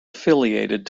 affiliated